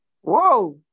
Whoa